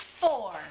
Four